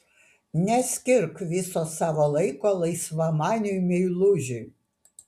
neskirk viso savo laiko laisvamaniui meilužiui